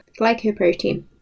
glycoprotein